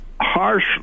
harsh